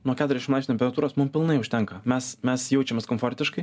nuo keturiadešim laipsnių imperatūros mum pilnai užtenka mes mes jaučiamės komfortiškai